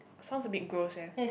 sounds abit gross eh